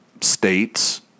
states